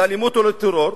לאלימות או לטרור,